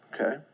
okay